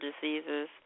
diseases